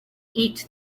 eat